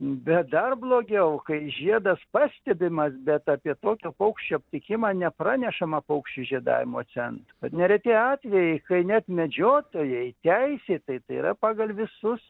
bet dar blogiau kai žiedas pastebimas bet apie tokio paukščio aptikimą nepranešama paukščių žiedavimo centrui nereti atvejai kai net medžiotojai teisėtai tai yra pagal visus